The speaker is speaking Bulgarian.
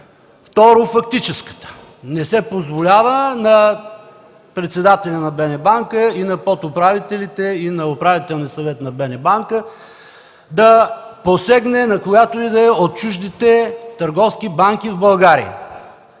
второ фактическата. Не се позволява на председателя на БНБанка, на подуправителите и на Управителния съвет на БНБанка да посегне на която и да е от чуждите търговски банки в България,